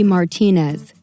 Martinez